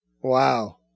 Wow